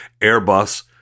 Airbus